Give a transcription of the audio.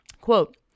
Quote